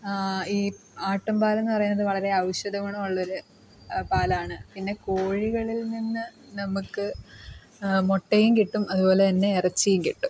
ഈ ആട്ടിൻപാലെന്ന് പറയുന്നത് വളരെ ഔഷധഗുണമുള്ളൊരു പാലാണ് പിന്നെ കോഴികളിൽ നിന്ന് നമുക്ക് മുട്ടയും കിട്ടും അതുപോലെ തന്നെ ഇറച്ചിയും കിട്ടും